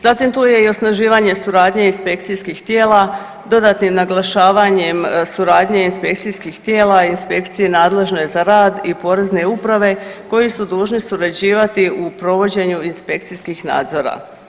Zatim tu je i osnaživanje suradnje inspekcijskih tijela dodatnim naglašavanjem suradnje inspekcijskih tijela inspekcije nadležne za rad i porezne uprave koji su dužni surađivati u provođenju inspekcijskih nadzora.